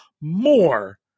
more